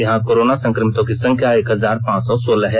यहां कोरोना संक्रमितों की संख्या एक हजार पांच सौ सोलह है